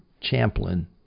Champlin